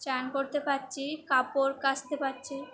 স্নান করতে পারছি কাপড় কাচতে পারছি